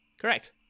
Correct